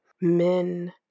men